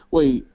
Wait